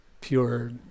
pure